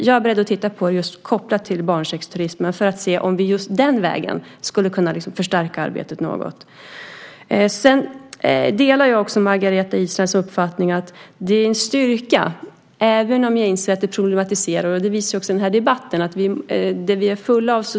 Jag är beredd att titta på detta kopplat till just barnsexturismen för att se om vi just den vägen skulle kunna förstärka arbetet något. Jag delar Margareta Israelssons uppfattning att det är en styrka att det är många som är involverade och engagerade, vilket det måste få fortsätta att vara, även om jag inser att det problematiserar, vilket också denna debatt visar.